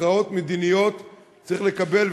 הכרעות מדיניות צריך לקבל,